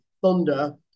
thunder